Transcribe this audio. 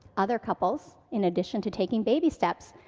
other couples, in addition to taking baby steps,